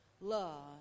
love